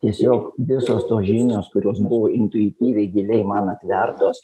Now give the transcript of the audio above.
tiesiog visos tos žinios kurios buvo intuityviai giliai man atvertos